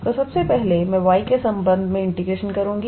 तो सबसे पहले मैं y के संबंध में इंटीग्रेशन करूंगी